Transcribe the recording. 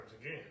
again